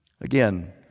Again